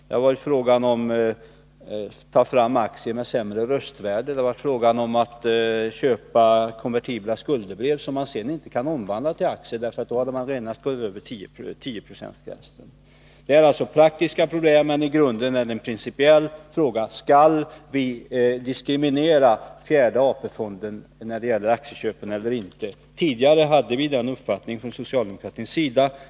Det har varit fråga om att ta fram aktier med sämre röstvärde eller att köpa konvertibla skuldebrev, som man sedan inte kan omvandla till aktier, för då skulle man genast ha gått över 10-procentsgränsen. Det har alltså varit praktiska problem, men i grunden är det en principiell fråga: Skall man diskriminera fjärde AP-fonden när det gäller aktieköp eller inte? Tidigare hade vi från socialdemokratins sida den uppfattningen att man inte skulle göra det.